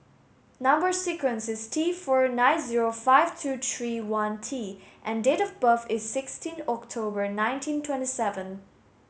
number sequence is T four nine zero five two three one T and date of birth is sixteen October nineteen twenty seven